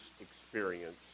experience